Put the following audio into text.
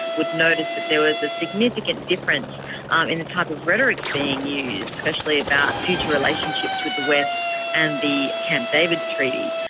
would notice that there was a significant difference um in the type of rhetoric being used, especially about future relationships with the west and the camp david treaty.